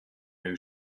new